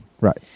Right